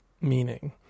meaning